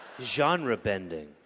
Genre-bending